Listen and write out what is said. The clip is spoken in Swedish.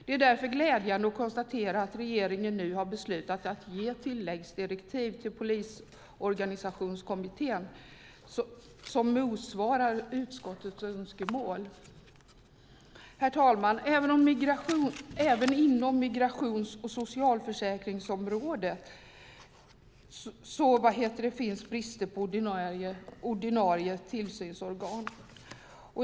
Det är därför glädjande att konstatera att regeringen nu har beslutat att ge tilläggsdirektiv till Polisorganisationskommittén som motsvarar utskottets önskemål. Herr talman! Även inom migrations och socialförsäkringsområdet finns brister i ordinarie tillsynsorgan.